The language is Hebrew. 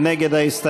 מי נגד ההסתייגות?